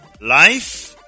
life